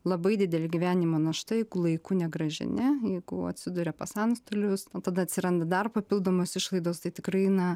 labai didele gyvenimo našta jeigu laiku negrąžini jeigu atsiduria pas antstolius o tada atsiranda dar papildomos išlaidos tai tikrai na